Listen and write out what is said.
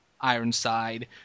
ironside